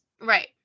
Right